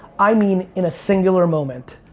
i mean in a singular moment.